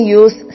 use